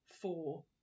four